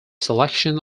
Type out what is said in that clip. selection